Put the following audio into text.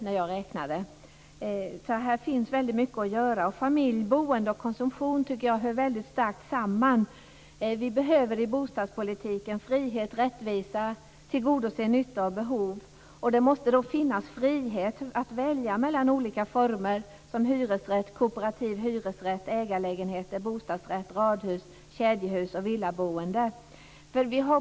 Här finns också väldigt mycket att göra. Boende och konsumtion hänger starkt samman. I bostadspolitiken behövs det frihet, rättvisa och tillgodoseende av nytta och behov. Det måste finnas frihet att välja mellan olika former såsom hyresrätt, kooperativ hyresrätt, ägarlägenheter, bostadsrättslägenheter, radhus, kedjehus och villaboende.